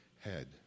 head